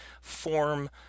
form